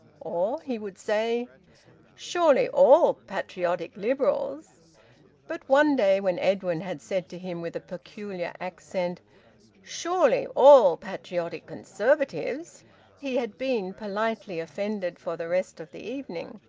or he would say surely all patriotic liberals but one day when edwin had said to him with a peculiar accent surely all patriotic conservatives he had been politely offended for the rest of the evening,